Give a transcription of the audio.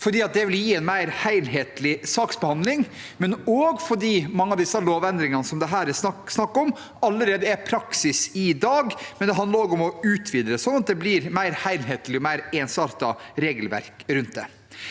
det vil gi en mer helhetlig saksbehandling, men også fordi mange av lovendringene som det her er snakk om, allerede er praksis i dag. Det handler også om å utvide det, slik at det blir et mer helhetlig og ensartet regelverk rundt det.